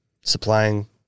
Supplying